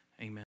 Amen